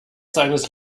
seines